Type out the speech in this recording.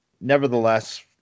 Nevertheless